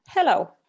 Hello